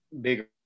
bigger